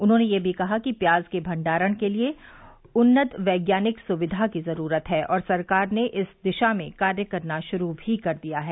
उन्होंने यह भी कहा कि प्याज के भंडारण के लिए उन्नत वैज्ञानिक सुविधा की जरूरत है और सरकार ने इस दिशा में कार्य करना शुरू भी कर दिया है